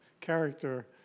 character